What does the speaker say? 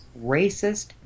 racist